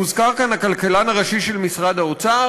הוזכר כאן הכלכלן הראשי של משרד האוצר.